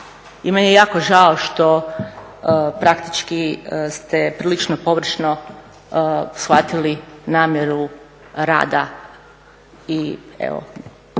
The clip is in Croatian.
i meni je jako žao što praktički ste prilično pogrešno shvatili namjeru rada